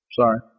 Sorry